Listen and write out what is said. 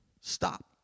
Stop